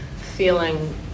feeling